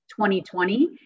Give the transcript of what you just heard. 2020